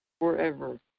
forever